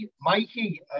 Mikey